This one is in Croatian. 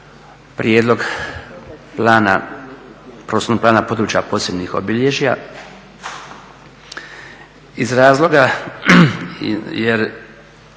prijedlog prostornog plana područja posebnih obilježja iz razloga jer